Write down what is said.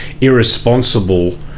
irresponsible